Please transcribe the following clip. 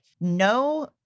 no